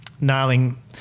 nailing